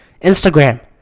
instagram